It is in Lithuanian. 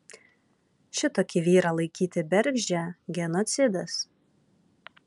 šitokį vyrą laikyti bergždžią genocidas